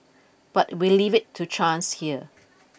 but we leave it to chance here